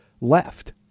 left